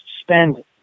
spend